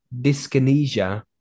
dyskinesia